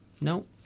No